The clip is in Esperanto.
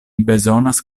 bezonas